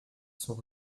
sont